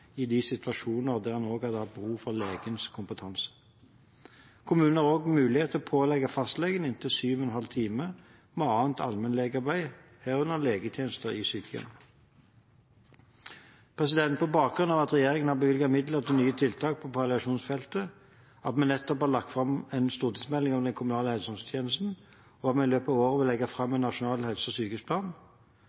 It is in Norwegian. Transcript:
i de situasjoner der man hadde hatt behov for legens kompetanse. Kommunene har også mulighet til å pålegge fastlegene inntil 7,5 timer med annet allmennlegearbeid, herunder legetjenester i sykehjem. På bakgrunn av at regjeringen har bevilget midler til nye tiltak på palliasjonsfeltet, at vi nettopp har lagt fram en stortingsmelding om den kommunale helse- og omsorgstjenesten, og at vi i løpet av året vil legge fram en nasjonal helse- og sykehusplan,